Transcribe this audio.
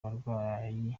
abarwayi